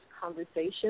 conversation